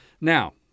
Now